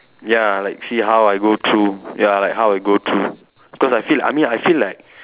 ya like see how I go through ya like how I go through cause I feel I mean I feel like